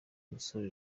umusore